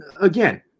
again